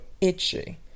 itchy